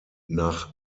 nach